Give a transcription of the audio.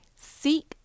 seek